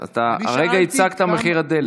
כרגע הצגת את מחיר הדלק.